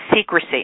secrecy